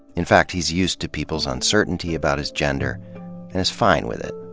in fact, he's used to people's uncertainty about his gender and is fine with it.